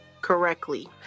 correctly